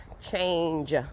change